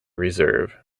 reserve